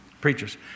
preachers